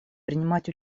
принимать